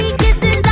kisses